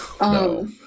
No